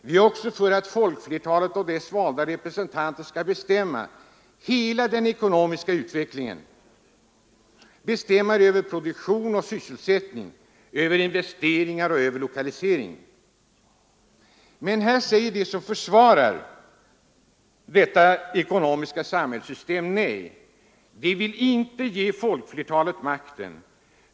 Vi är också för att folkflertalet och dess valda representanter skall bestämma hela den ekonomiska utvecklingen, bestämma över produktion och sysselsättning, över investeringar och över lokaliseringen. Men här säger de som försvarar detta ekonomiska samhällssystem nej. De vill inte ge folkflertalet den makten.